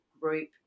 group